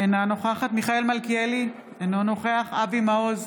אינה נוכחת מיכאל מלכיאלי, אינו נוכח אבי מעוז,